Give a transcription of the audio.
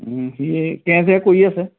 সি সেই কৰি আছে